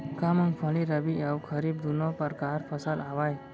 का मूंगफली रबि अऊ खरीफ दूनो परकार फसल आवय?